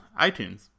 iTunes